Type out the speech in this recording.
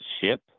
ship